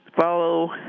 follow